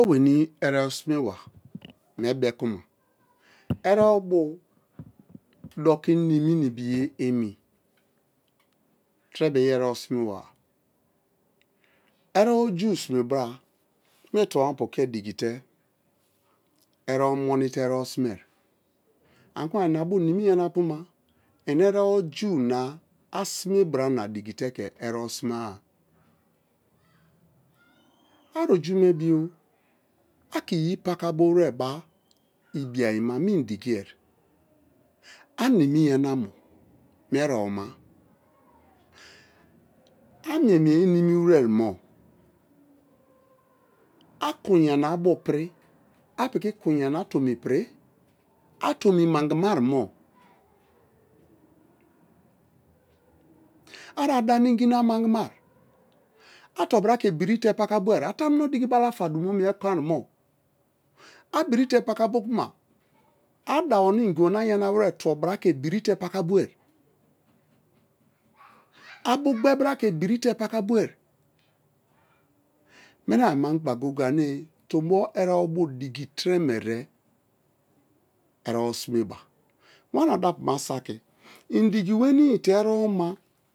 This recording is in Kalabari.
Oweni erebo simeba mie bekumo erebo bo doki nimi na ibiye emi tereme iyere simeba. Erebo oju simebara me̱ tonopu ke dikite erebo monite erebo simeari. Ani ku̱ma ni̱ni̱ yana-apuma ini erebo o̱ju̱ na asime bara dikiteke erebo sima-a. Ari ojumebio ake̱ iyi̱ paka bowere, ba ibiayina mie indiki ye, animiyanamo mie ereboma amiemieye nimiweremo, a kun ya abu piri a piki kun yana tomi piri a tomi mangimarimo a̱ ada na a̱ ingi na mangimai a̱ tobira ke̱ biri te pakabwa a̱tamuno diki balafadumo mie kon mo, a̱ birite paka bo kuma a̱ dabo na ingibo na yanawere tubo bira ke birite pakabuai, a bugbebara ke birite pakabwe̱ minaiyima go̱ye̱-go̱ye̱ tombo erebo diki teremere erebo simeba, wana dapuma saki indiki wenii te̱ e̱re̱bo̱ma.